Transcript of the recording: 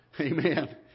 Amen